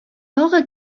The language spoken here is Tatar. тагы